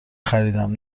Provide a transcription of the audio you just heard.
خریدم